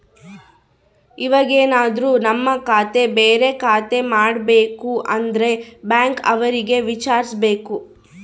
ಇವಾಗೆನದ್ರು ನಮ್ ಖಾತೆ ಬೇರೆ ಖಾತೆ ಮಾಡ್ಬೇಕು ಅಂದ್ರೆ ಬ್ಯಾಂಕ್ ಅವ್ರಿಗೆ ವಿಚಾರ್ಸ್ಬೇಕು